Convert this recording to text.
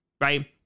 Right